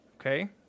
Okay